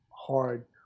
hard